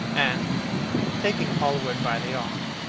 and taking hallward by the arm,